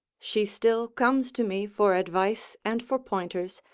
she still comes to me for advice and for pointers,